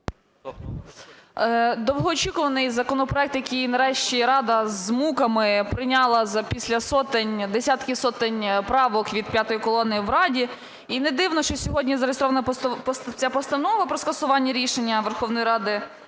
Довгоочікуваний законопроект, який нарешті Рада з муками прийняла після десятків сотень правок від "п'ятої колони" в Раді. І не дивно, що сьогодні зареєстрована ця постанова про скасування рішення Верховної Ради